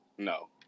No